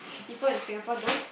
people in Singapore don't